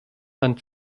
herrn